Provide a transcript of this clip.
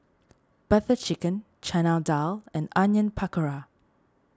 Butter Chicken Chana Dal and Onion Pakora